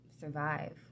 survive